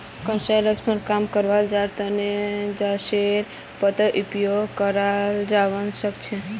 कैंसरेर लक्षणक कम करवार तने सजेनार पत्तार उपयोग कियाल जवा सक्छे